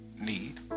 need